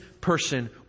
person